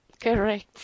correct